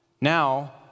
Now